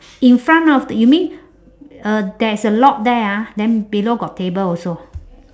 in front of the you mean uh there's a lock there ah then below got table also